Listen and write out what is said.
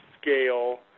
scale